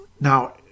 Now